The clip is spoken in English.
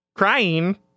Crying